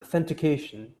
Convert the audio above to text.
authentication